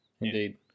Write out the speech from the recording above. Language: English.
Indeed